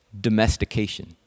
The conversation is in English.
domestication